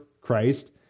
Christ